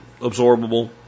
absorbable